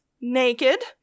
naked